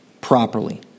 properly